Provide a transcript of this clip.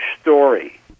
story